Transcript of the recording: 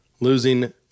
losing